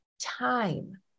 time